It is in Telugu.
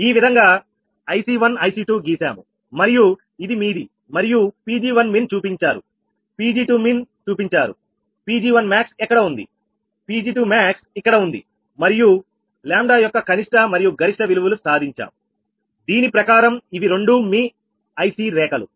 ఈ విధంగా 𝐼𝐶 1𝐼𝐶 2 గీశాము మరియు ఇది మీది మరియు 𝑃𝑔1min చూపించారు𝑃𝑔2min చూపించారు𝑃𝑔1max ఎక్కడ ఉంది𝑃𝑔2max ఇక్కడ ఉంది మరియు 𝜆 యొక్క కనిష్ట మరియు గరిష్ట విలువలు సాధించాం దీని ప్రకారం ఇవి రెండూ మీ IC రేఖలు